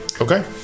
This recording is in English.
Okay